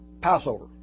Passover